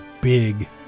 big